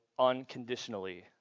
unconditionally